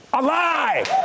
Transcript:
alive